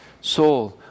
soul